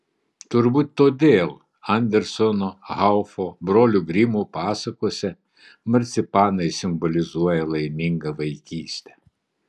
turbūt todėl anderseno haufo brolių grimų pasakose marcipanai simbolizuoja laimingą vaikystę